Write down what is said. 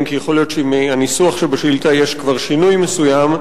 כי יכול להיות שמהניסוח שבשאילתא יש כבר שינוי מסוים.